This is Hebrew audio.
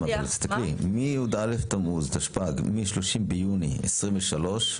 אבל תסתכלי, מ-י"א תמוז תשפ"ג, מ-30 ביוני 2023,